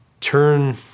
turn